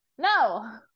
No